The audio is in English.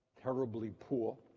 terribly poor.